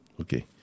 Okay